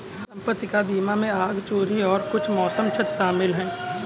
संपत्ति का बीमा में आग, चोरी और कुछ मौसम क्षति शामिल है